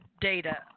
data